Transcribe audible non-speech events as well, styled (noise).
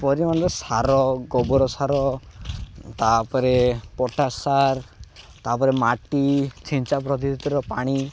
ପରିମାଣରେ ସାର ଗୋବର ସାର ତା'ପରେ ପଟାସ୍ ସାର ତା'ପରେ ମାଟି ଛିଞ୍ଚା (unintelligible) ପାଣି